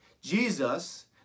Jesus